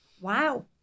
wow